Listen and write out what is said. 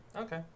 Okay